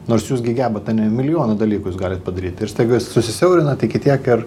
nors jūs gi gebat ane milijonų dalykų jūs galit padaryt ir staiga susisiaurina tai iki tiek